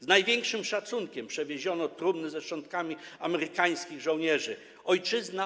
Z największym szacunkiem przewieziono trumny ze szczątkami amerykańskich żołnierzy do ojczyzny.